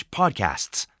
podcasts